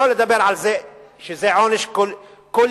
שלא לדבר על זה שזה עונש קולקטיבי,